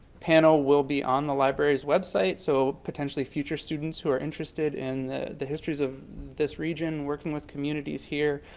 panel will be on the library's website so potentially future students who are interested in the history of this region and working with communities here.